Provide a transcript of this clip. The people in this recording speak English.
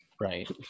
Right